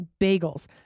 bagels